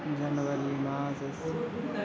जनवरि मासस्य